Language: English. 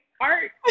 art